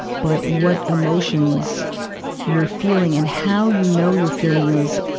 but what emotions you're feeling and how you know you're feeling those,